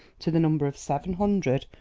to the number of seven hundred,